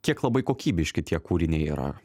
kiek labai kokybiški tie kūriniai yra